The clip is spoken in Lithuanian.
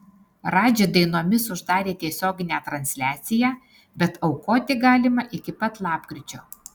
radži dainomis uždarė tiesioginę transliaciją bet aukoti galima iki pat lapkričio